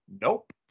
Nope